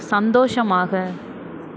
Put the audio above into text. சந்தோஷமாக